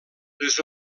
les